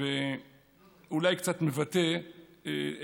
זה אולי קצת מבטא: